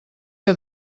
que